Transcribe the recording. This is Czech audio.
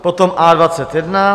Potom A21.